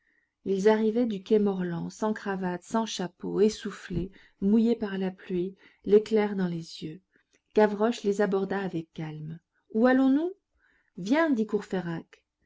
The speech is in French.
ils arrivaient du quai morland sans cravates sans chapeaux essoufflés mouillés par la pluie l'éclair dans les yeux gavroche les aborda avec calme où allons-nous viens dit